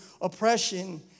oppression